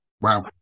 wow